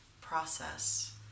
process